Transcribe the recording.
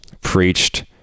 preached